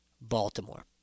Baltimore